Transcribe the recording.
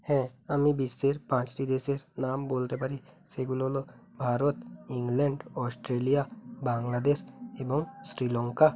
হ্যাঁ আমি বিশ্বের পাঁচটি দেশের নাম বলতে পারি সেগুলো হল ভারত ইংল্যান্ড অস্ট্রেলিয়া বাংলাদেশ এবং শ্রীলঙ্কা